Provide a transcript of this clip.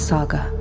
Saga